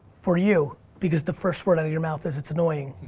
for you, because the first word out of your mouth is it's annoying.